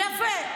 יפה.